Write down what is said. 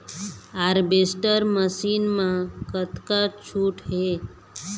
Harvester machine मा कतका छूट हे?